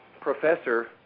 professor